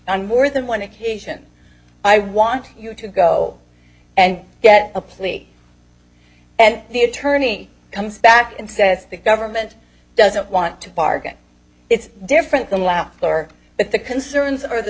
i'm more than one occasion i want you to go and get a plea and the attorney comes back and says the government doesn't want to bargain it's different than laughter but the concerns are the